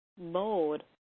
mode